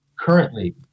Currently